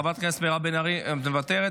חברת הכנסת מירב בן ארי, מוותרת?